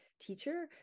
teacher